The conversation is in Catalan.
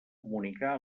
comunicar